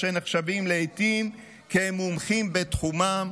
שנחשבים לעיתים כמומחים בתחומם,